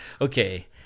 Okay